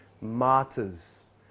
martyrs